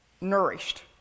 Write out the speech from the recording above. nourished